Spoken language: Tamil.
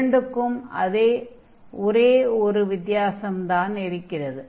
இரண்டுக்கும் அந்த ஒரே ஒரு வித்தியாசம்தான் இருக்கிறது